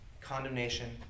condemnation